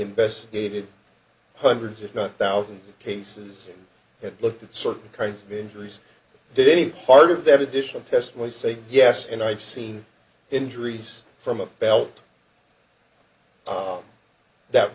investigated hundreds if not thousands of cases and looked at certain kinds of injuries did any part of that additional test would say yes and i've seen injuries from a belt of that